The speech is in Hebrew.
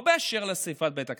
לא באשר לשרפת בית הכנסת,